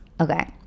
okay